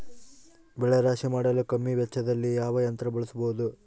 ಬೆಳೆ ರಾಶಿ ಮಾಡಲು ಕಮ್ಮಿ ವೆಚ್ಚದಲ್ಲಿ ಯಾವ ಯಂತ್ರ ಬಳಸಬಹುದು?